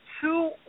two